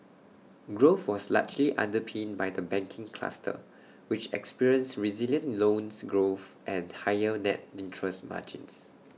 growth was largely underpinned by the banking cluster which experienced resilient loans growth and higher net interest margins